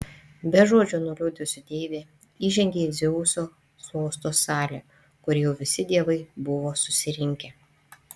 be žodžio nuliūdusi deivė įžengė į dzeuso sosto salę kur jau visi dievai buvo susirinkę